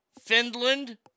Finland